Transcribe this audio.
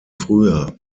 früher